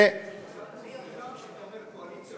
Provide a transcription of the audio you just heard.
קצת מוזר שאתה אומר קואליציה